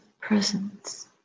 presence